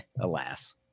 alas